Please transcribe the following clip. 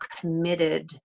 committed